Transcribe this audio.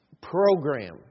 program